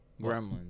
Gremlins